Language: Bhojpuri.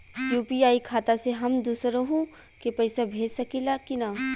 यू.पी.आई खाता से हम दुसरहु के पैसा भेज सकीला की ना?